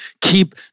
keep